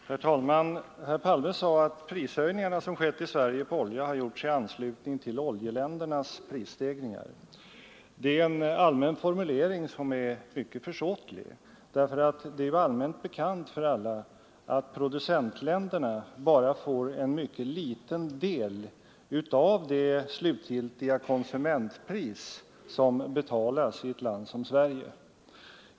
Herr talman! Herr Palme sade att de prishöjningar på olja som skett i Sverige har genomförts i anslutning till oljeländernas prisstegringar. Det är en allmän formulering som är mycket försåtlig. Det är ju allmänt bekant att producentländerna bara får en mycket liten del av det slutgiltiga konsumentpris som betalas i ett land som Sverige.